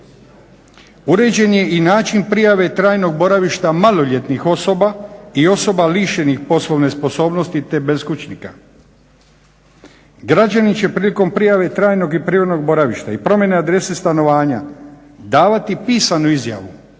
Uređen je i način prijave trajnog boravišta maloljetnih osoba i osoba lišenih poslovne sposobnosti te beskućnika. Građani će prilikom prijave trajnog i privremenog boravišta i promjene adrese stanovanja davati pisanu izjavu